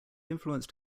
influenced